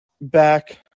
back